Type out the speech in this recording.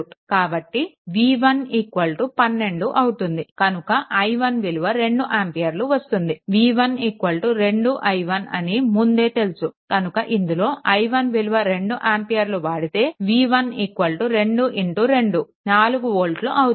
కాబట్టి 6i1 12 అవుతుంది కనుక i1 విలువ 2 ఆంపియర్లు వస్తుంది v1 2i1 అని ముందే తెలుసు కనుక ఇందులో i1 విలువ 2 ఆంపియర్లు వాడితే v1 2 2 4 వోల్ట్లు అవుతుంది